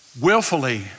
Willfully